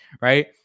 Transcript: right